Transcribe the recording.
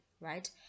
right